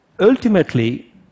Ultimately